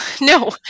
no